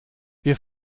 wir